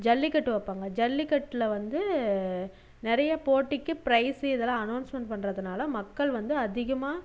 ஜல்லிக்கட்டு வைப்பாங்க ஜல்லிக்கட்டில் வந்து நிறைய போட்டிக்கு ப்ரைஸு இதெலாம் அனோன்ஸ்மண்ட் பண்ணுறதுனால மக்கள் வந்து அதிகமாக